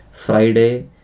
Friday